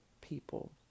people